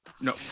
No